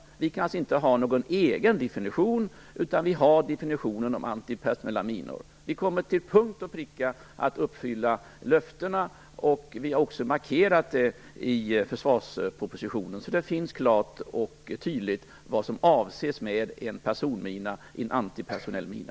Sverige kan alltså inte ha någon egen definition, utan den definitionen om antipersonella minor gäller. Regeringen kommer till punkt och pricka att uppfylla löftena, och det är också markerat i försvarspropositionen. Där står klart och tydligt vad som avses med en personmina - en antipersonell mina.